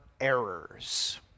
errors